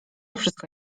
wszystko